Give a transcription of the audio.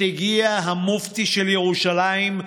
עת הגיע לעיראק המופתי של ירושלים,